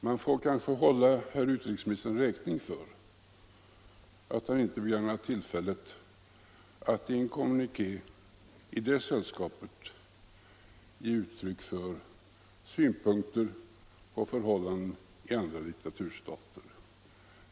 Man får kanske hålla herr utrikesministern räkning för att han inte begagnade tillfället att i en kommuniké i det sällskapet ge uttryck för synpunkter om förhållanden i andra diktaturstater.